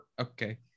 okay